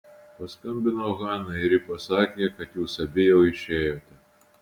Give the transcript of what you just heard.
paskambinau hanai ir ji pasakė kad jūs abi jau išėjote